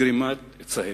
וגרימת צהבת.